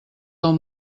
del